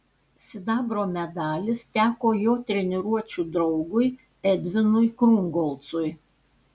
sidabro medalis teko jo treniruočių draugui edvinui krungolcui